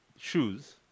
shoes